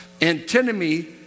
Antinomy